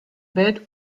bed